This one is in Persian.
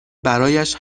برایش